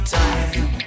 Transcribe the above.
time